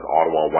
Ottawa